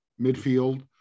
midfield